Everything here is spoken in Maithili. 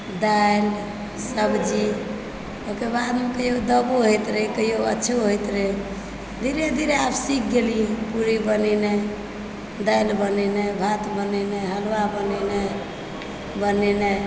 दालि सब्जी ओहिके बादमे कहिओ दबो होयत रहै कहिओ अच्छो होयत रहै धीरे धीरे आब सिख गेलियै पूरी बनेनाइ दालि बनेनाइ भात बनेनाइ हलुआ बनेनाइ बनेनाइ